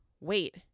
wait